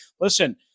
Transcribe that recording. Listen